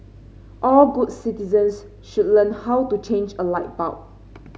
all good citizens should learn how to change a light bulb